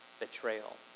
Betrayal